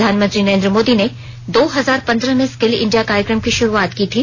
प्रधानमंत्री नरेंद्र मोदी ने दो हजार पंद्रह में स्किल इंडिया कार्यक्रम की श्रुआत की थी